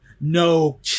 no